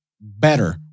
better